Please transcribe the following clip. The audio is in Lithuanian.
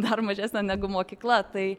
dar mažesnio negu mokykla tai